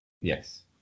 Yes